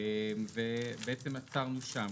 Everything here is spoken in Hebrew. ובעצם עצרנו שם,